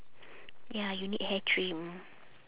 ya you need hair trim